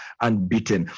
unbeaten